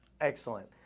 excellent